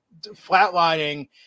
flatlining